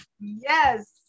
Yes